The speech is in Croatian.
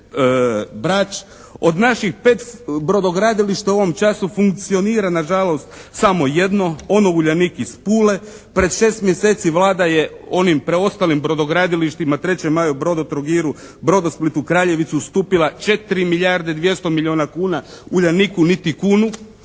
Od naših 5 brodogradilišta u ovom času funkcionira na žalost samo jedno, ono Uljanik iz Pule. Pred 6 mjeseci Vlada je onim preostalim brodogradilištima «3. maju», «Brodotrogiru», «Brodosplitu», «Kreljevici» ustupila 4 milijarde 200 milijuna kuna. «Uljaniku» niti kunu.